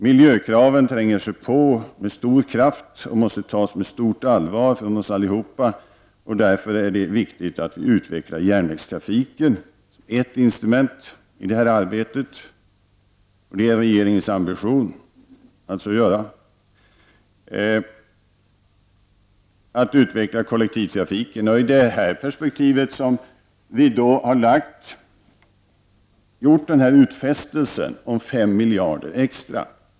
Miljökraven tränger sig på med stor kraft och måste tas med stort allvar av oss allihopa. Därför är det viktigt att vi utvecklar järnvägstrafiken. Ett instrument i det arbetet är regeringens ambition att utveckla kollektivtrafiken. Vi har gjort en utfästelse om 5 miljarder extra.